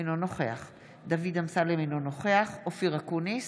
אינו נוכח דוד אמסלם, אינו נוכח אופיר אקוניס,